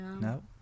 No